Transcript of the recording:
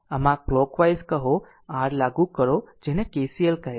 આમ કલોકવાઈઝ કહો r લાગુ કરો જેને KCL કહે છે